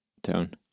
tone